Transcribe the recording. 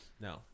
no